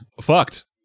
fucked